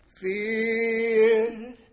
Fear